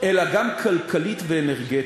אלא גם כלכלית ואנרגטית.